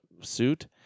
suit